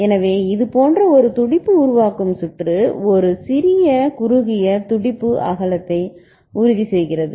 எனவே இது போன்ற ஒரு துடிப்பு உருவாக்கும் சுற்று ஒரு சிறிய குறுகிய துடிப்பு அகலத்தை உறுதி செய்கிறது